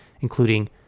including